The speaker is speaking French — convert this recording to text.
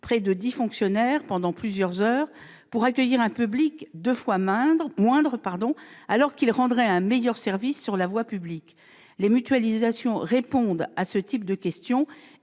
près de dix fonctionnaires, pendant plusieurs heures, pour accueillir un public deux fois moindre, alors qu'ils rendraient un meilleur service sur la voie publique ? Les mutualisations répondent à des questions